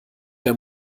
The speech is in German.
der